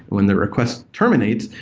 when that request terminates,